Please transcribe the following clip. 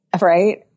right